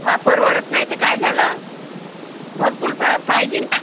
वा परवडत नाही तर काय झालं भरपूर पा पाहिजे ना